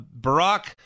Barack